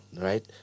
right